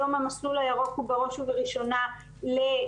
היום המסלול הירוק הוא בראש ובראשונה ללוחמים.